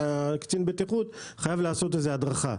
שקצין הבטיחות חייב לעשות איזה הדרכה.